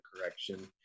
correction